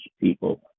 people